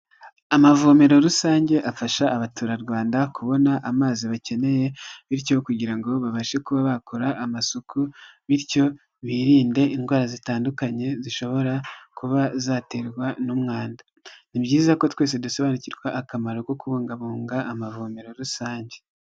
Amavomero rusange afasha abaturarwanda kubona amazi bakeneye bityo kugira ngo babashe kuba bakora amasuku bityo birinde indwara zitandukanye, zishobora kuba zaterwa n'umwanda. Ni byiza ko twese dusobanukirwa akamaro ko kubungabunga amavomero rusange.